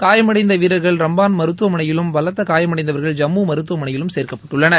காயமடைந்த வீரர்கள் ரம்பான் மருத்துவமனையிலும் பலத்த காயம் அடைந்தவர்கள் ஜம்மு மருத்துவமனையிலும் சேர்க்கப்பட்டுள்ளார்கள்